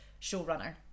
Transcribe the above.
showrunner